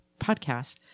podcast